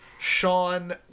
Sean